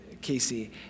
Casey